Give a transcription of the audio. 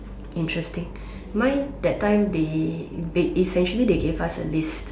interesting mine that time they Ba~ essentially they gave us a list